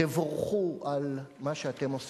תבורכו על מה שאתם עושים.